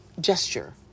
gesture